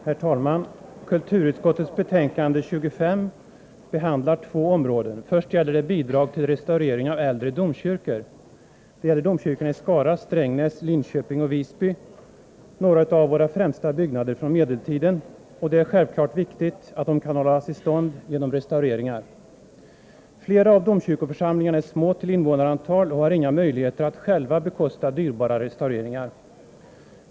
Herr talman! Kulturutskottets betänkande 25 behandlar två områden. Först gäller det bidrag till restaurering av äldre domkyrkor. Det är fråga om domkyrkorna i Skara, Strängnäs, Linköping och Visby — några av våra främsta byggnader från medeltiden. Det är självfallet viktigt att de kan hållas i stånd genom restaureringar. Flera av domkyrkoförsamlingarna är små till invånarantal och har inga möjligheter att själva bekosta dyrbara restaureringar.